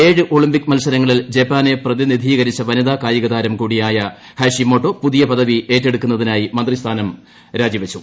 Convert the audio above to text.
ഏഴ് ഒളിമ്പിക് മത്സരങ്ങളിൽ ജപ്പാനെ പ്രതിനിധീക രിച്ചു വനിതാ കായികതാരം കൂടിയായ ഹാഷിമോട്ടോ പുതിയ പദവി ഏറ്റെടുക്കുന്നതിനായി മന്ത്രി സ്ഥാനം രാജി വച്ചു